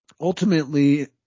ultimately